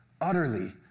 Utterly